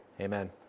Amen